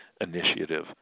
initiative